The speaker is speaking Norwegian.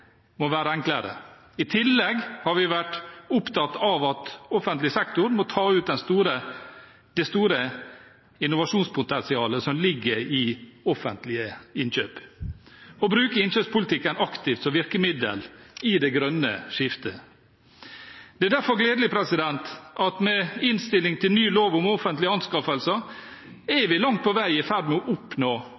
må være enklere. I tillegg har vi vært opptatt av at offentlig sektor må ta ut det store innovasjonspotensialet som ligger i offentlige innkjøp, og bruke innkjøpspolitikken aktivt som virkemiddel i det grønne skiftet. Det er derfor gledelig at med innstilling til ny lov om offentlige anskaffelser er vi langt på vei i ferd med å oppnå